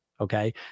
Okay